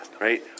right